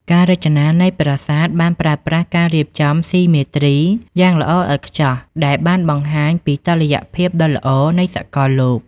ការរចនានៃប្រាសាទបានប្រើប្រាស់ការរៀបចំស៊ីមេទ្រីយ៉ាងល្អឥតខ្ចោះដែលបានបង្ហាញពីតុល្យភាពដ៏ល្អនៃសកលលោក។